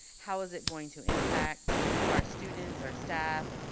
how is it going to impact our students, our staff,